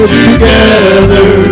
together